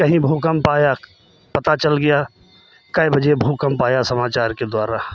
कहीं भूकम्प आया पता चल गया कितने बजे भूकम्प आया समाचार के द्वारा